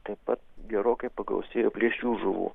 taip pat gerokai pagausėjo plėšrių žuvų